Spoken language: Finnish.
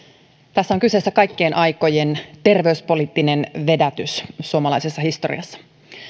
tässä on kyseessä kaikkien aikojen terveyspoliittinen vedätys suomalaisessa historiassa